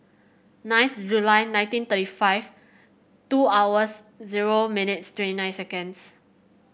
ninth July nineteen thirty five two hours zero minutes twenty nine seconds